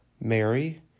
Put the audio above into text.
Mary